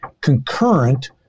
concurrent